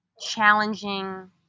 challenging